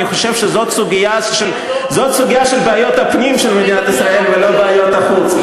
אני חושב שזאת סוגיה של בעיות הפנים של מדינת ישראל ולא בעיות החוץ,